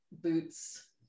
boots